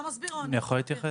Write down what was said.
אני יכול להתייחס?